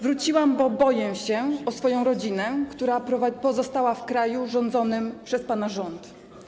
Wróciłam, bo boję się o swoją rodzinę, która pozostała w kraju rządzonym przez pana rząd.